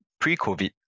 pre-COVID